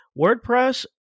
WordPress